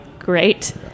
great